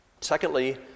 Secondly